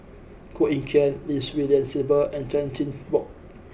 Koh Eng Kian Lim Swee Lian Sylvia and Chan Chin Bock